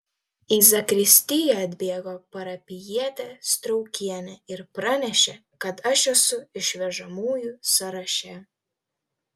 į zakristiją atbėgo parapijietė straukienė ir pranešė kad aš esu išvežamųjų sąraše